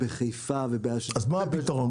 בחיפה ובאשדוד -- אז מה הפתרון?